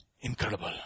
Incredible